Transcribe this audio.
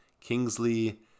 Kingsley